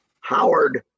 Howard